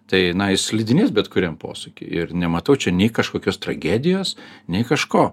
tai na jis slidinės bet kuriam posūky ir nematau čia nei kažkokios tragedijos nei kažko